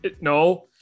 No